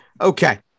Okay